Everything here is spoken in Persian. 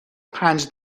پنج